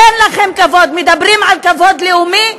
אין לכם כבוד, מדברים על כבוד לאומי?